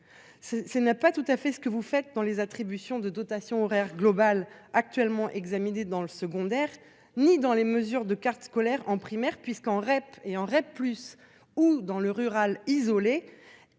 Ça n'a pas tout à fait ce que vous faites dans les attributions de dotation horaire globale actuellement examiné dans le secondaire, ni dans les mesures de carte scolaire en primaire puisqu'en REP et en REP plus ou dans le rural isolé.